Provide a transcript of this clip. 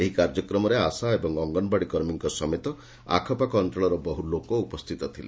ଏହି କାର୍ଯ୍ୟକ୍ରମରେ ଆଶା ଏବଂ ଅଙଙଙଙଙଙଙଙ କର୍ମୀଙ୍କ ସମେତେ ଆଖପାଖ ଅଞ୍ଞଳର ବହୁ ଲୋକ ଉପସ୍ଚିତ ଥିଲେ